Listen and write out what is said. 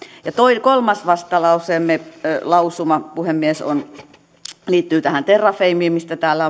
ja kolmas vastalauseemme lausuma puhemies liittyy tähän terrafameen mistä täällä